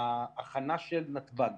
ההכנה של נתב"ג